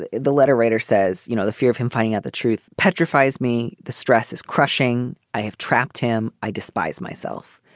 the the letter writer says, you know, the fear of him finding out the truth. petrify is me. the stress is crushing. i have trapped him. i despise myself.